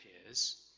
appears